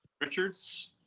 Richards